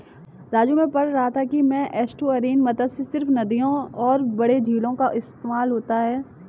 राजू मैं आज पढ़ रहा था कि में एस्टुअरीन मत्स्य सिर्फ नदियों और बड़े झीलों का इस्तेमाल होता है